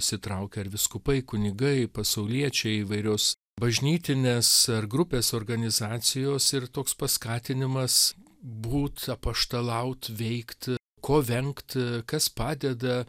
įsitraukia ar vyskupai kunigai pasauliečiai įvairios bažnytinės ar grupės organizacijos ir toks paskatinimas būt apaštalaut veikt ko vengt kas padeda